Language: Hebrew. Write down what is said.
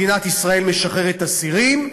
מדינת ישראל משחררת אסירים,